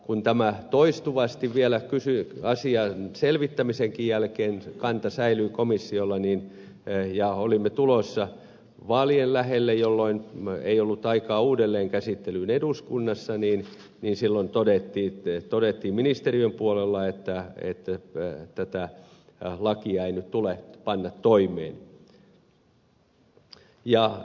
kun tämä kanta säilyi komissiolla toistuvasti vielä asian selvittämisenkin jälkeen ja olimme tulossa vaalien lähelle jolloin ei ollut aikaa uudelleenkäsittelyyn eduskunnassa niin silloin todettiin ministeriön puolella että tätä lakia ei nyt tule panna toimeen